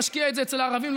ומשקיע את זה אצל הערבים,